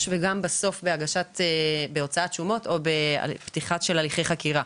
וגם בסוף בהוצאת שומות או בפתיחה של הליכי חקירה.